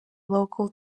local